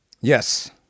Yes